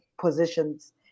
positions